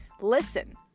Listen